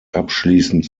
abschließend